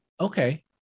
okay